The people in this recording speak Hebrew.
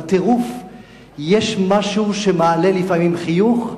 בטירוף יש משהו שמעלה לפעמים חיוך.